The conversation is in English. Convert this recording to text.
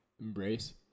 Embrace